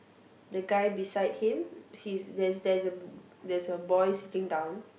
the guy beside him he's there's a there's a there's a boy sitting down